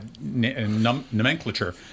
nomenclature